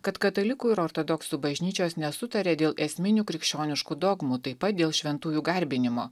kad katalikų ir ortodoksų bažnyčios nesutaria dėl esminių krikščioniškų dogmų taip pat dėl šventųjų garbinimo